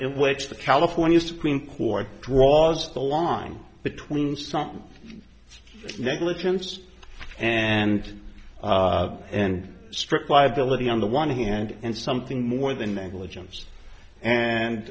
it which the california supreme court draws the line between some negligence and and strict liability on the one hand and something more than negligence and